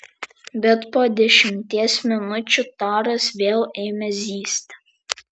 bet po dešimties minučių taras vėl ėmė zyzti